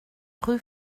rue